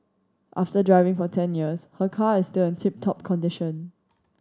after driving for ten years her car is still in tip top condition